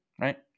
Right